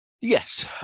Yes